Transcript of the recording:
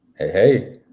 Hey